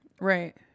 Right